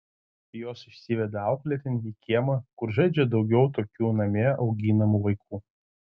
jos išsiveda auklėtinį į kiemą kur žaidžia daugiau tokių namie auginamų vaikų